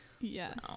yes